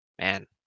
man